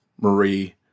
Marie